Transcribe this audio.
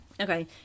Okay